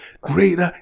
greater